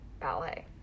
ballet